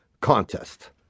contest